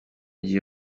gihe